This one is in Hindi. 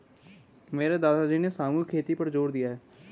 मेरे दादाजी ने सामूहिक खेती पर जोर दिया है